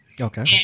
Okay